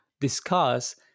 discuss